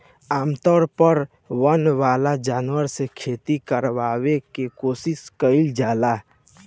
आमतौर पर वन वाला जानवर से खेती करावे के कोशिस कईल जाला